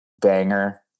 banger